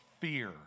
fear